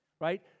right